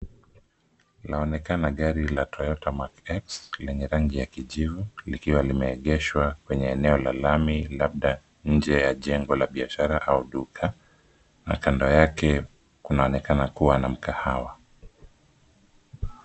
Inaonekana gari la Toyota Mark X lenye rangi ya kijivu likiwa limeegeshwa kwenye eneo la lami labda nje ya jengo la biashara au duka na kando yake kunaonekana kuwa na mkahawa.